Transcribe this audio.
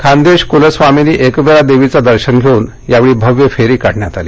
खान्देश कुलस्वामिनी एकविरा देवीचं दर्शन घेऊन भव्य फेरी काढण्यात आली